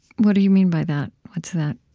what do you mean by that? what's that?